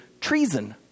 treason